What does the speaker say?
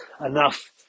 enough